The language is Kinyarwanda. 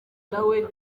nawe